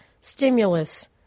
stimulus